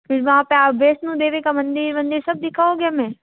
फिर वहाँ पे आप वैष्णो देवी का मंदिर वनदिर सब दिखाओगे हमें